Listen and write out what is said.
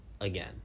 again